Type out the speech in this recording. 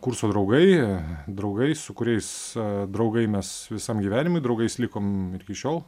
kurso draugai draugai su kuriais draugai mes visam gyvenimui draugais likom ir iki šiol